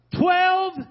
Twelve